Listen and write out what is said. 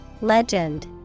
Legend